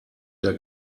der